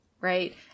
right